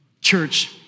church